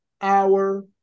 hour